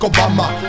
Obama